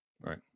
Right